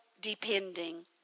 depending